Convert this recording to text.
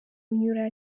unyura